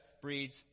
breeds